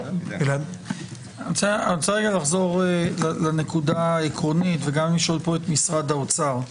אני רוצה לחזור לנקודה עקרונית וגם לשאול פה את משרד האוצר: